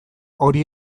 hori